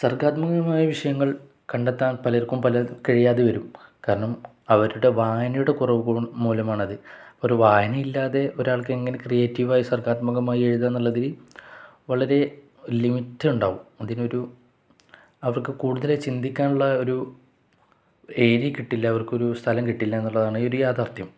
സർഗാത്മകമായ വിഷയങ്ങൾ കണ്ടെത്താൻ പലർക്കും പല കഴിയാതെ വരും കാരണം അവരുടെ വായനയുടെ കുറവ് മൂലമാണ് അത് ഒരു വായന ഇല്ലാതെ ഒരാൾക്ക് എങ്ങനെ ക്രിയേറ്റീവായി സർഗാത്മകമായി എഴുതുക എന്നുള്ളതിൽ വളരെ ലിമിറ്റ് ഉണ്ടാവും അതിനൊരു അവർക്ക് കൂടുതലായി ചിന്തിക്കാനുള്ള ഒരു ഏരിയ കിട്ടില്ല അവർക്കൊരു സ്ഥലം കിട്ടില്ല എന്നുള്ളതാണ് ഒരു യാഥാർത്ഥ്യം